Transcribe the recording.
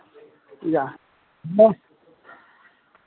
जा भेलै